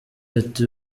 ati